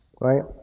right